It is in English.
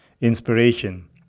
inspiration